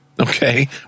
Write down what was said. Okay